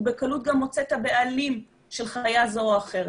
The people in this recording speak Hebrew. הוא בקלות גם מוצא את הבעלים של חיה זו או אחרת.